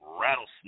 Rattlesnake